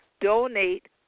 donate